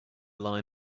line